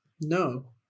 No